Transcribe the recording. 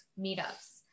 meetups